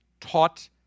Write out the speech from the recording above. taught